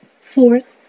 Fourth